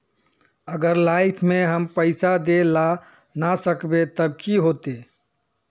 अगर लाइफ में हम पैसा दे ला ना सकबे तब की होते?